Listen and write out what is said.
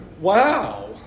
wow